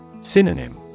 Synonym